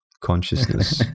consciousness